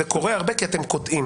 אבל זה קורה הרבה כי אתם קוטעים.